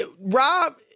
Rob